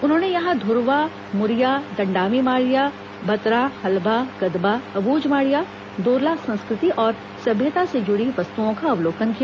उन्होंने यहां धुरवा मुरिया दण्डामी माड़िया भतरा हल्बा गदबा अबुझमाड़िया दोरला संस्कृति और सभ्यता से जुड़ी वस्तुओं का अवलोकन किया